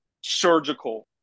surgical